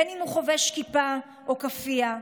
בין אם הוא חובש כיפה או כאפיה,